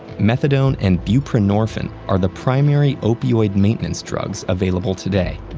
methadone and buprenorphine are the primary opioid maintenance drugs available today,